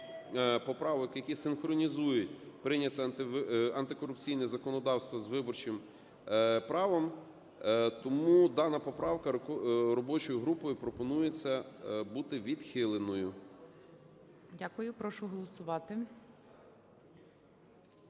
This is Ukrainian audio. поправок, які синхронізують прийняте антикорупційне законодавство з виборчим правом. Тому дана поправка робочою групою пропонується бути відхиленою. ГОЛОВУЮЧИЙ. Дякую. Прошу голосувати.